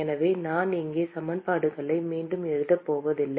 எனவே நான் இங்கே சமன்பாடுகளை மீண்டும் எழுதப் போவதில்லை